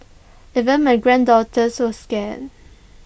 even my granddaughters were scared